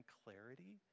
clarity